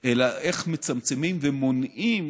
אלא איך מצמצמים ומונעים